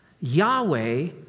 YAHWEH